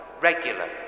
regular